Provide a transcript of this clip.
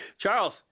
Charles